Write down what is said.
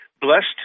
blessed